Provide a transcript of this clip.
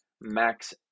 max